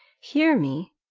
hear me.